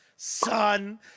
Son